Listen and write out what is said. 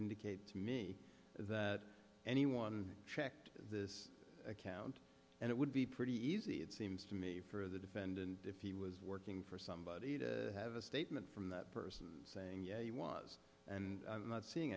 indicate to me that anyone checked this account and it would be pretty easy it seems to me for the defendant if he was working for somebody to have a statement from that person saying yes he was and i'm not seeing